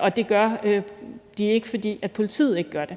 og det gør de ikke, fordi politiet ikke gør det.